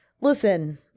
listen